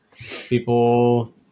people